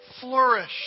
flourish